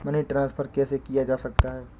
Money transfer कैसे किया जा सकता है?